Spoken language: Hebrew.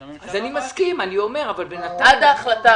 אז אני מסכים אבל אני אומר עד ההחלטה